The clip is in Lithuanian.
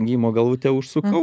gijimo galvutę užsukau